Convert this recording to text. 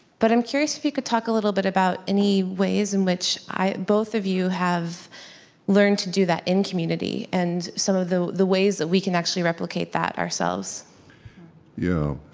but i'm curious if you could talk a little bit about any ways in which both of you have learned to do that in community, and some of the the ways that we can actually replicate that ourselves yeah.